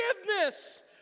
forgiveness